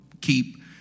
keep